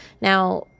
Now